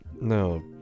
no